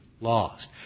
lost